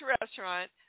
restaurant